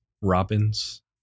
robins